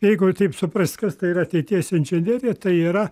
jeigu taip suprast kas tai yra ateities inžinerija tai yra